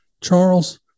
Charles